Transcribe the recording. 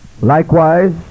Likewise